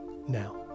now